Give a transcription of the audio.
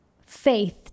faith